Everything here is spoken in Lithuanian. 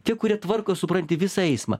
tie kurie tvarko supranti visą eismą